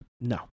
No